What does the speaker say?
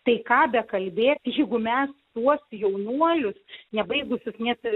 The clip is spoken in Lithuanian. tai ką bekalbėt jeigu mes tuos jaunuolius nebaigusius nebe